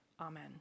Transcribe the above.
Amen